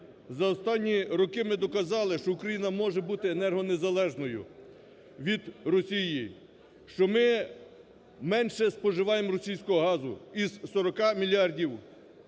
За останні роки ми доказали, що Україна може бути енергонезалежною від Росії, що ми менше споживаємо російського газу, із 40 мільярдів